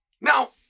Now